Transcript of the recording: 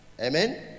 Amen